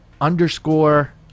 underscore –